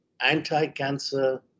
anti-cancer